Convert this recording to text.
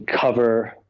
cover